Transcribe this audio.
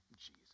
Jesus